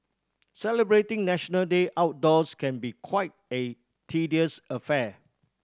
celebrating National Day outdoors can be quite a tedious affair